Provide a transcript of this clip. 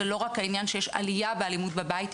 זה לא רק העניין שיש עלייה באלימות בבית,